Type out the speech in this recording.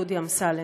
דודי אמסלם,